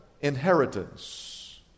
inheritance